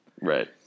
Right